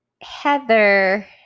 Heather